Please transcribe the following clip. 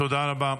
תודה רבה.